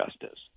justice